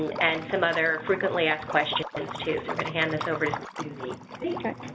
and some other frequently asked questions too. so we're going to hand this over to suzy.